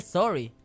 sorry